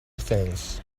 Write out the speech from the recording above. things